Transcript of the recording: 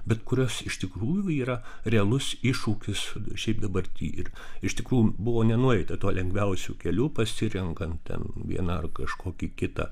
bet kurios iš tikrųjų yra realus iššūkis šiaip dabarty ir iš tikrųjų buvo nenueita tuo lengviausiu keliu pasirenkant ten vieną ar kažkokį kitą